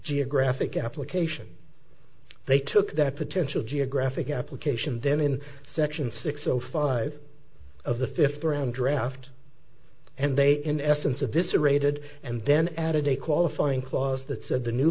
geographic application they took that potential geographic application then in section six zero five of the fifth round draft and they in essence of this aerated and then added a qualifying clause that said the new